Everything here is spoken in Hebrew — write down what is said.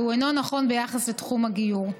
והוא אינו נכון ביחס לתחום הגיור.